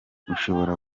ushobora